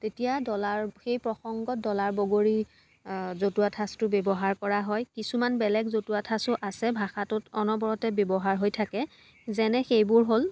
তেতিয়া ডলাৰ সেই প্ৰসংগত ডলাৰ বগৰী জতুৱা ঠাঁচটো ব্যৱহাৰ কৰা হয় কিছুমান বেলেগ জতুৱা ঠাঁচো আছে ভাষাটোত অনবৰতে ব্যৱহাৰ হৈ থাকে যেনে সেইবোৰ হ'ল